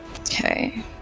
Okay